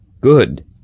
Good